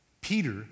Peter